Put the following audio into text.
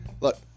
look